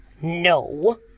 No